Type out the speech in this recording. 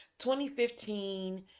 2015